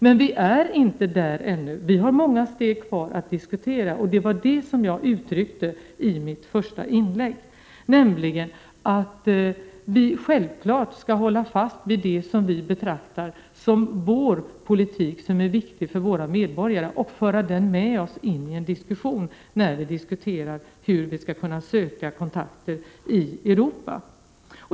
Men den finns ännu inte, utan det är många steg kvar att diskutera. Som jag sade i mitt första inlägg, skall vi i Sverige självfallet hålla fast vid det som vi betraktar som vår politik, som är viktig för svenska medborgare, och ta med det i en diskussion om hur vi skall söka kontakter i Europa.